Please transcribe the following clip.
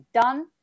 done